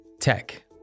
tech